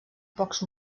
pocs